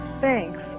Thanks